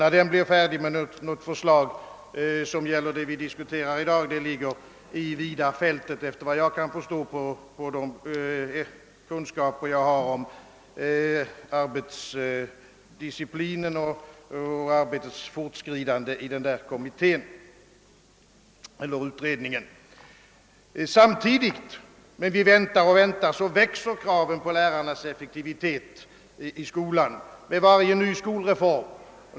När den kan bli färdig med något betänkande, som gäller den fråga vi i dag diskuterar, är enligt de kunskaper jag har om intensiteten i denna utrednings arbete ännu en öppen fråga. Samtidigt som vi väntar, växer kraven på lärarnas effektivitet i skolan med varje ny skolreform.